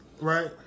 right